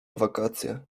wakacje